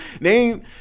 name